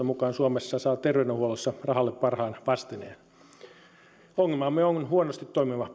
mukaan suomessa saa terveydenhuollossa rahalle parhaan vastineen ongelmamme on huonosti toimiva